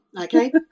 Okay